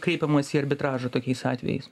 kreipiamasi į arbitražą tokiais atvejais